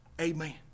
Amen